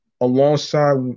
alongside